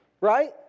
Right